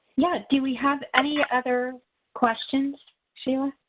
yeah do we have any other questions sheila?